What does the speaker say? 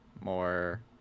more